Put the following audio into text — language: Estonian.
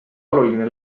oluline